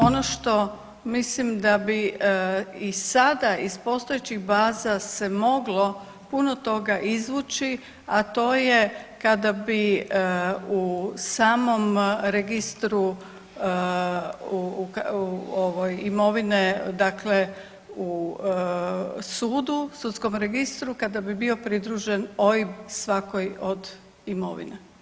Ono što mislim da bi sada iz postojećih baza se moglo puno toga izvući, a to je kada bi u samom registru u ovoj imovine dakle u sudu, sudskom registru kada bi bio pridružen OIB svakoj od imovine.